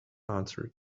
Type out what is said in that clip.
answered